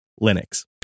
Linux